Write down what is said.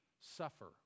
suffer